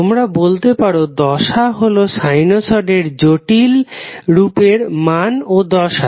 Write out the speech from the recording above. তোমরা বলতে পারো দশা হলো সাইনোসডের জটিল রূপের মান ও দশা